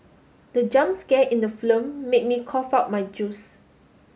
the jump scare in the film made me cough out my juice